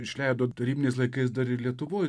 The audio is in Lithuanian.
išleido tarybiniais laikais dar ir lietuvoj